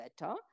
better